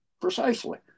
precisely